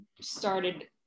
started